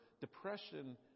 depression